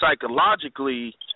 psychologically –